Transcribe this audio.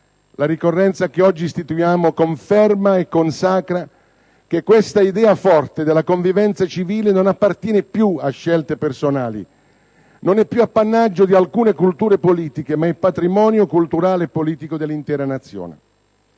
La ricorrenza che oggi istituiamo conferma e consacra che questa idea forte della convivenza civile non appartiene più a scelte personali, non è più appannaggio di alcune culture politiche, ma è patrimonio culturale e politico dell'intera Nazione.